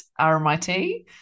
RMIT